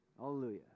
Hallelujah